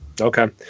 Okay